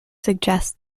suggested